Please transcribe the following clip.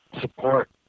support